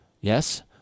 Yes